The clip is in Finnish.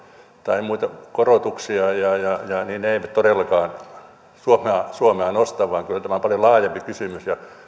tai muita korotuksia ei todellakaan suomea suomea nosta vaan kyllä tämä on paljon laajempi kysymys